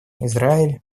израиль